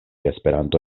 esperanto